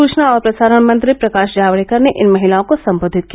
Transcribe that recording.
सूचना और प्रसारण मंत्री प्रकाश जावड़ेकर ने इन महिलाओं को सम्बोधित किया